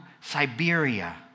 Siberia